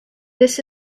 this